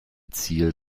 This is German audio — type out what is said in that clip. ziel